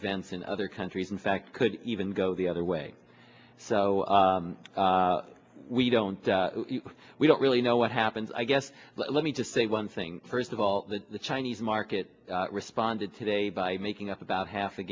events in other countries in fact could even go the other way so we don't we don't really know what happens i guess let me just say one thing first of all that the chinese market responded today by making up about half the